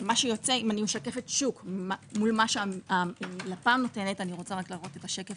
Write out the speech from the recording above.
אם אני משקפת שוק מול מה שהלפ"ם נותנת- -- לא